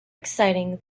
exciting